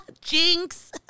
Jinx